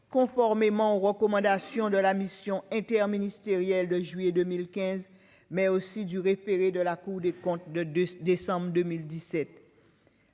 conformément aux recommandations de la mission interministérielle de juillet 2015, mais aussi au référé de la Cour des comptes en date du 22 décembre 2017.